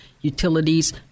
Utilities